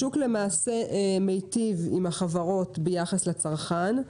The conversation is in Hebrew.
השוק למעשה מייטיב עם החברות ביחס לצרכן.